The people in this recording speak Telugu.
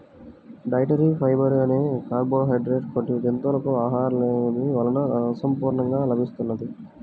డైటరీ ఫైబర్ అనే కార్బోహైడ్రేట్ కొన్ని జంతువులకు ఆహారలేమి వలన అసంపూర్ణంగా లభిస్తున్నది